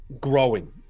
growing